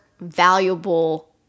valuable